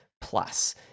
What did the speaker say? plus